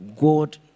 God